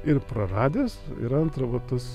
ir praradęs ir antra va tas